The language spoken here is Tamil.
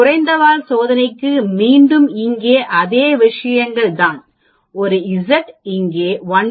எனவே குறைந்த வால் சோதனைக்கு மீண்டும் இங்கே அதே விஷயங்கள் தான் ஒரு இசட் இங்கே 1